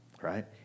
right